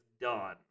done